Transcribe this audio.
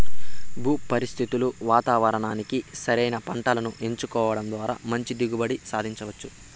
భూ పరిస్థితులు వాతావరణానికి సరైన పంటను ఎంచుకోవడం ద్వారా మంచి దిగుబడిని సాధించవచ్చు